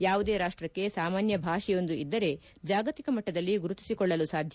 ಯಾವುದೇ ರಾಷ್ಟಕ್ಕೆ ಸಾಮಾನ್ಯ ಭಾಷೆಯೊಂದು ಇದ್ದರೆ ಜಾಗತಿಕ ಮಟ್ಟದಲ್ಲಿ ಗುರುತಿಸಿಕೊಳ್ಳಲು ಸಾಧ್ಯ